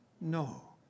No